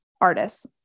artists